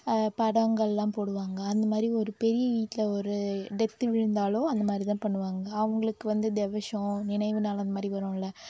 படங்களெல்லாம் போடுவாங்க அந்த மாதிரி ஒரு பெரிய வீட்டில் ஒரு டெத் விழுந்தாலோ அந்த மாதிரிதான் பண்ணுவாங்க அவங்களுக்கு வந்து திவஷம் நினைவு நாள் அந்த மாதிரி வரும்லே